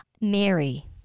Mary